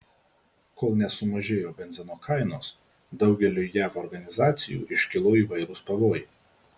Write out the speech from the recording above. kol nesumažėjo benzino kainos daugeliui jav organizacijų iškilo įvairūs pavojai